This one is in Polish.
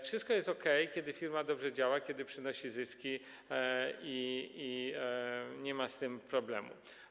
Wszystko jest okej, kiedy firma dobrze działa, kiedy przynosi zyski i nie ma z tym problemu.